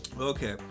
Okay